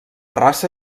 raça